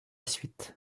suite